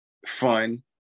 fun